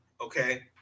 okay